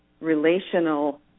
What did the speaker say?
relational